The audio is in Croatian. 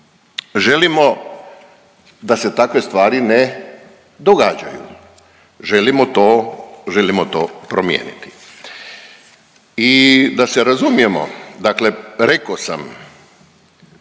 Želimo da se takve stvari ne događaju, želimo to promijeniti. I da se razumijemo, dakle reko sam